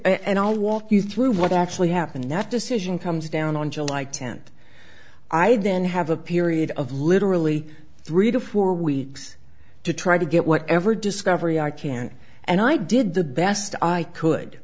and i'll walk you through what actually happened that decision comes down on july tenth i then have a period of literally three to four weeks to try to get whatever discovery i can and i did the best i could